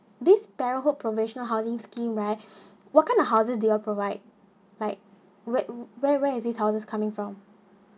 this parenthood professional housings scheme right what kind of houses they will provide like where where where is this houses coming from